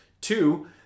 two